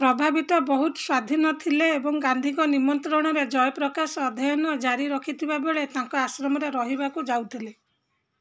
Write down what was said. ପ୍ରଭାବତୀ ବହୁତ ସ୍ୱାଧୀନ ଥିଲେ ଏବଂ ଗାନ୍ଧୀଙ୍କ ନିମନ୍ତ୍ରଣରେ ଜୟପ୍ରକାଶ ଅଧ୍ୟୟନ ଜାରି ରଖିଥିବା ବେଳେ ତାଙ୍କ ଆଶ୍ରମରେ ରହିବାକୁ ଯାଉଥିଲେ